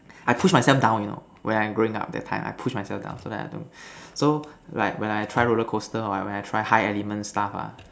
I push myself down you know when I'm going up that time I push myself down so that I don't so like when I try roller coaster hor when I try high element stuff ha